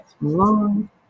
long